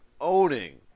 owning